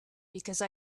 because